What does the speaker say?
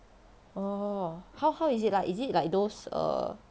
orh how how is it like is it like those err